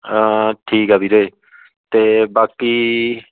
ਠੀਕ ਆ ਵੀਰੇ ਅਤੇ ਬਾਕੀ